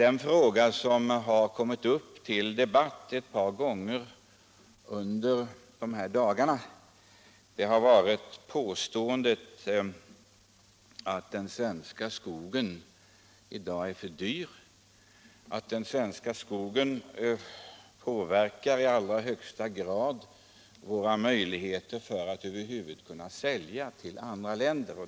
Ett tema som har kommit upp i debatten ett par gånger under de här dagarna har varit påståendet att den svenska skogen nu är för dyr och att detta i allra högsta grad påverkar våra möjligheter att över huvud sälja till andra länder.